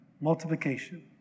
Multiplication